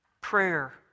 prayer